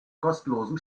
kostenlosen